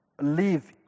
live